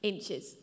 Inches